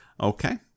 Okay